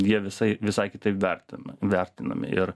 jie visai visai kitaip vertinti vertinami ir